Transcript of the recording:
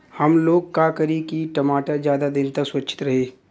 हमलोग का करी की टमाटर ज्यादा दिन तक सुरक्षित रही?